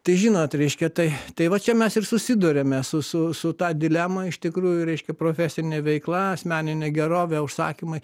tai žinot reiškia tai tai va čia mes ir susiduriame su su su ta dilema iš tikrųjų reiškia profesinė veikla asmeninė gerovė užsakymai